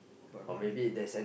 but what did oh